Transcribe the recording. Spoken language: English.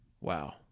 Wow